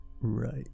Right